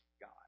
God